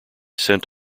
sent